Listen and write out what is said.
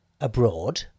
abroad